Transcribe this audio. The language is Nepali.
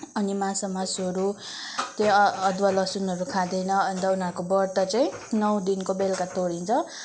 अनि माछा मासुहरू त्यही अदुवा लसुनहरू खाँदैन अन्त उनीहरूको व्रत चाहिँ नौ दिनको बेलुका तोडिन्छ